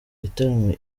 gitaramo